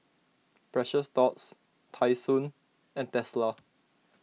Precious Thots Tai Sun and Tesla